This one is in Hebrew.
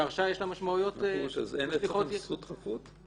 להרשעה יש משמעויות -- אז אין אצלכם זכות חפות?